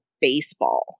baseball